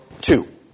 two